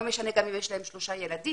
לא משנה אם יש להם שלושה ילדים,